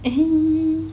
(uh huh)